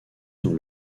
dans